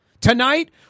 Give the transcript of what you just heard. Tonight